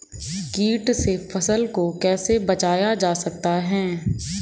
कीट से फसल को कैसे बचाया जाता हैं?